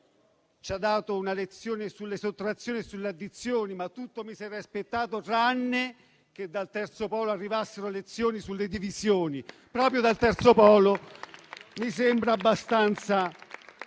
ci ha dato una lezione sulle sottrazioni e sulle addizioni, ma tutto mi sarei aspettato tranne che dal terzo polo arrivassero lezioni sulle divisioni. Proprio dal terzo popolo mi sembra abbastanza